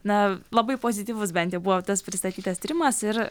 na labai pozityvus bent jau buvo tas pristatytas tyrimas ir